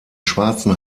schwarzen